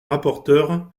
rapporteure